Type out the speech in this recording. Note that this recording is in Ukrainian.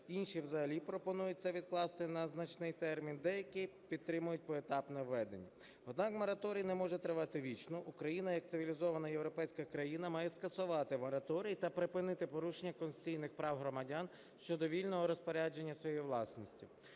інші взагалі пропонують це відкласти на значний термін, деякі підтримують поетапне введення. Однак, мораторій не може тривати вічно, Україна як цивілізована європейська країна має скасувати мораторій та припинити порушення конституційних прав громадян щодо вільного розпорядження своєю власністю.